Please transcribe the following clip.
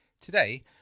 Today